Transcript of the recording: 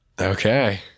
Okay